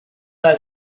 had